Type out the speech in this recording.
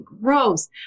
Gross